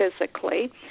physically